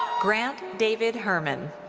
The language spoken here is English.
grant david herman.